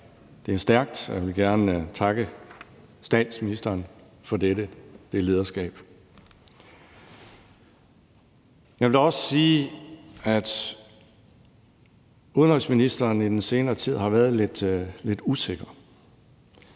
Det er stærkt, og jeg vil gerne takke statsministeren for dette lederskab. Jeg vil dog også sige, at udenrigsministeren i den senere tid har været lidt usikker.